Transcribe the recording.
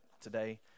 today